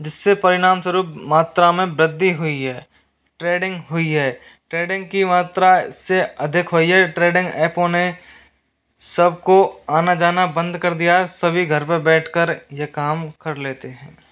जिससे परिणाम स्वरुप मात्रा में वृद्धि हुई है ट्रेडिंग हुई है ट्रेडिंग की मात्रा से अधिक हुई है ट्रेडिंग ऐपो ने सबको आना जाना बंद कर दिया है सभी घर पे बैठ कर यह काम कर लेते हैं